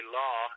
law